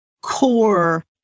core